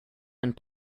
and